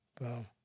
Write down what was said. boom